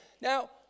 Now